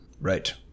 Right